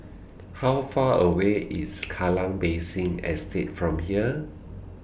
How Far away IS Kallang Basin Estate from here